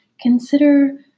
consider